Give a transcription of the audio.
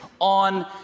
on